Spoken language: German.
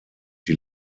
die